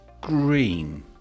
green